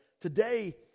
today